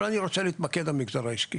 אבל אני רוצה להתמקד במגזר העסקי